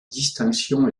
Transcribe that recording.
distinction